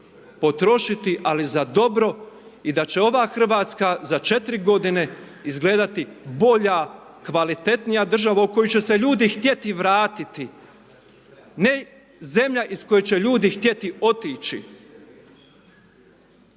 potrošiti ali za dobro i da će ova Hrvatska za 4 g. izgledati bolja, kvalitetnija država u kojoj će se ljudi htjeti vratiti. Ne zemlja iz koje će ljudi htjeti otići.